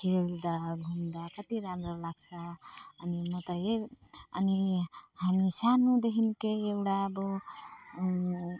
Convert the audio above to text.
खेल्दा घुम्दा कति राम्रो लाग्छ अनि म त यही अनि हामी सानोदेखिकै एउटा अब